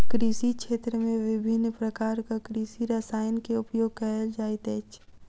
कृषि क्षेत्र में विभिन्न प्रकारक कृषि रसायन के उपयोग कयल जाइत अछि